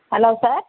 hello sir